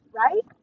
right